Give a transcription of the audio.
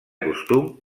costum